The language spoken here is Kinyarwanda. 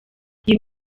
iyi